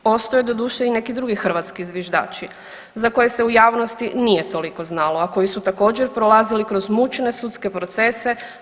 Postoje doduše i neki drugi hrvatski zviždači za koje se u javnosti nije toliko znalo, a koji su također prolazili kroz mučne sudske procese.